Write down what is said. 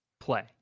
play